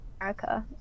America